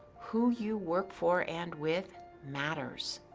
who you work for and with matters.